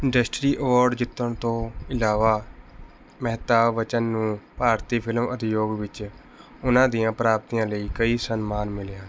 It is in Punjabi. ਇੰਡਸਟਰੀ ਅਵਾਰਡ ਜਿੱਤਣ ਤੋਂ ਇਲਾਵਾ ਮਹਿਤਾਭ ਬੱਚਨ ਨੂੰ ਭਾਰਤੀ ਫਿਲਮ ਉਦਯੋਗ ਵਿੱਚ ਉਨ੍ਹਾਂ ਦੀਆਂ ਪ੍ਰਾਪਤੀਆਂ ਲਈ ਕਈ ਸਨਮਾਨ ਮਿਲੇ ਹਨ